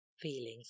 feelings